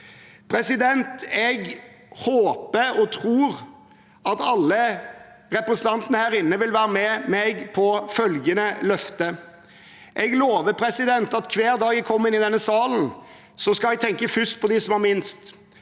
måten? Jeg håper og tror at alle representantene her inne vil være med meg på følgende løfte: Jeg lover at hver dag jeg kommer inn i denne salen, skal jeg tenke først på dem som har minst.